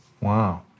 Wow